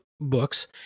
books